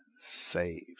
Save